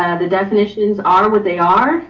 ah the definitions are what they are,